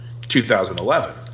2011